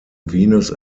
venus